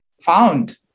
found